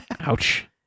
Ouch